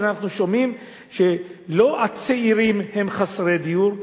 אנחנו שומעים שלא הצעירים הם חסרי דיור,